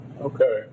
Okay